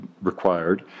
required